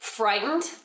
frightened